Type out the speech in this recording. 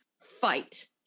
Fight